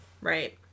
right